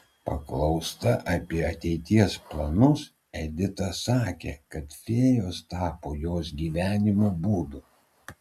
paklausta apie ateities planus edita sakė kad fėjos tapo jos gyvenimo būdu